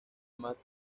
más